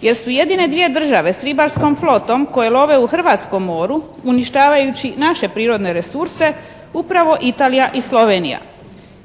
jer su jedine dvije države s ribarskom flotom koje love u hrvatskom moru uništavajući naše prirodne resurse upravo Italija i Slovenija.